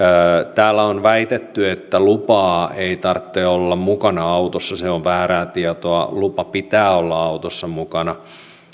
täällä on väitetty että lupaa ei tarvitse olla mukana autossa se on väärää tietoa lupa pitää olla autossa mukana